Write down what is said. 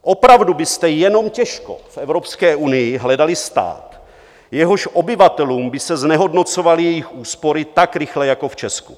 Opravdu byste jenom těžko v Evropské unii hledali stát, jehož obyvatelům by se znehodnocovaly jejich úspory tak rychle jako v Česku.